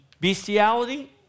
bestiality